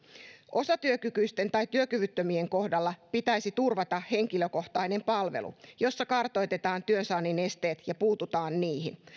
osatyökykyisten tai työkyvyttömien kohdalla pitäisi turvata henkilökohtainen palvelu jossa kartoitetaan työnsaannin esteet ja puututaan niihin